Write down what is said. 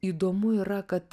įdomu yra kad